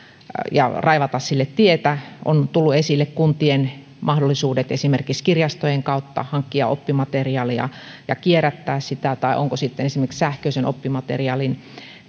ja raivata sille tietä on tullut esille kuntien mahdollisuudet esimerkiksi kirjastojen kautta hankkia oppimateriaalia ja kierrättää sitä tai onko sitten esimerkiksi sähköisen oppimateriaalin